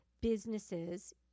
businesses